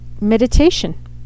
meditation